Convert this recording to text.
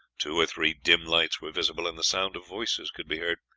two or three dim lights were visible, and the sound of voices could be heard.